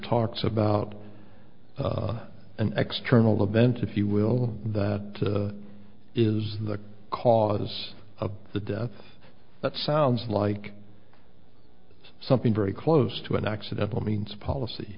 talks about an external event if you will the is the cause of the death that sounds like something very close to an accidental means policy